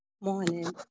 Morning